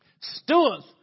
Stewards